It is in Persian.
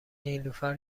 نیلوفر